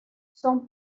son